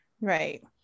Right